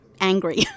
angry